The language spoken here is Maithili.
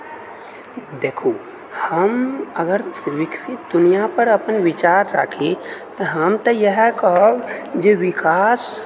देखु हम अगर विकसित दुनिआँ पर अपन विचार राखि तऽ हम तऽ इएह कहब जे विकास